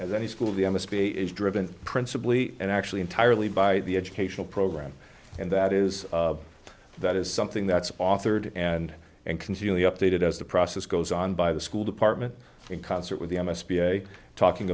any school the m s p is driven principally and actually entirely by the educational program and that is that is something that's authored and and continually updated as the process goes on by the school department in concert with the m s p a talking